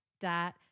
dot